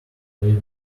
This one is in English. grieve